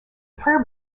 prayer